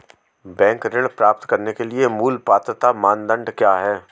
Bank ऋण प्राप्त करने के लिए मूल पात्रता मानदंड क्या हैं?